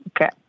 Okay